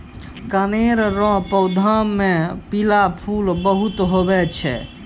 कनेर रो पौधा मे पीला फूल बहुते हुवै छै